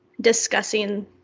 Discussing